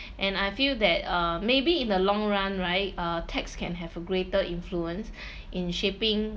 and I feel that uh maybe in the long run right uh texts can have a greater influence in shaping